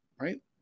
right